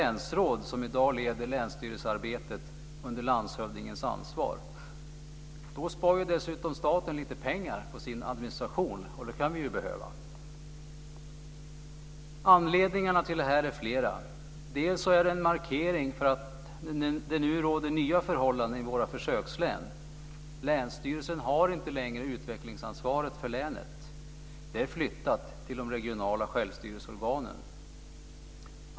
Anledningarna till detta är flera. Dels är det en markering av att det nu råder nya förhållanden i våra försökslän. Länsstyrelsen har inte längre utvecklingsansvaret för länet. Det är flyttat till de regionala självstyrelseorganen.